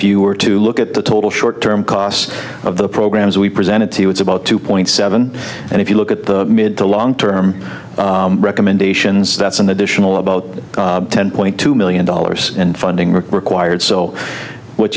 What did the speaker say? you were to look at the total short term costs of the programs we presented to you it's about two point seven and if you look at the mid to long term recommendations that's an additional about ten point two million dollars in funding required so what